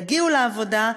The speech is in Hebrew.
יגיעו לעבודה,